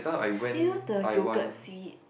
you know the yoghurt sweet